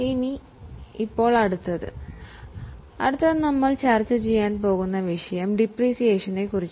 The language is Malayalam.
ഇപ്പോൾ അടുത്തത് നോക്കാം അടുത്തതായി ഇന്ന് നമ്മൾ ചർച്ച ചെയ്യാൻ പോകുന്ന വിഷയം ഡിപ്രീസിയേഷനെ കുറിച്ചാണ്